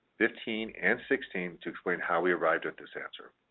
fifteen and sixteen to explain how we arrived at this answer